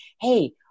Hey